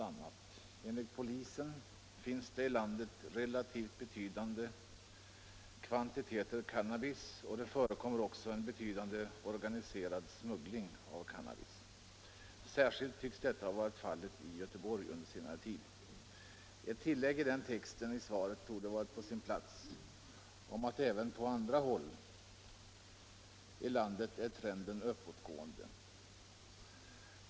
a:: ”Enligt polisen finns det i landet relativt betydande kvantiteter cannabis, och det förekommer också en betydande organiserad smuggling av cannabis. Särskilt tycks detta ha varit fallet i Göteborg under senare tid.” Ett tillägg till den texten om att även på andra håll i landet är trenden uppåtgående torde ha varit på sin plats.